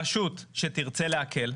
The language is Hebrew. רשות שתרצה להקל,